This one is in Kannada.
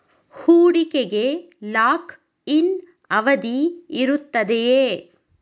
ಹೂಡಿಕೆಗೆ ಲಾಕ್ ಇನ್ ಅವಧಿ ಇರುತ್ತದೆಯೇ?